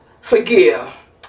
forgive